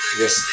yes